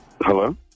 hello